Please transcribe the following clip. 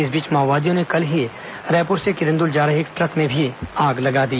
इस बीच माओवादियों ने कल ही रायपुर से किरंदुल जा रहे एक ट्रक में भी आग लगा दी